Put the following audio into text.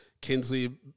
Kinsley